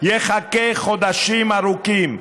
יחכה חודשים ארוכים,